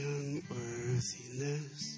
unworthiness